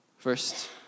First